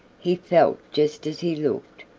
he felt just as he looked.